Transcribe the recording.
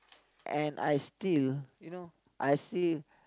and I still you know I still